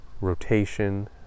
rotation